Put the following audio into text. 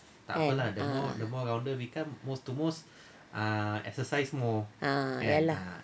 ah ah ya lah